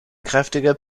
kräftige